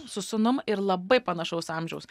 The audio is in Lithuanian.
su sūnum ir labai panašaus amžiaus